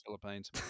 Philippines